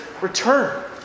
return